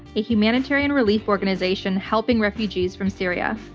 a humanitarian relief organization helping refugees from syria.